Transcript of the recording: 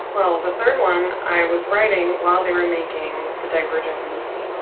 well, the third one i was writing while they were making the divergent movie.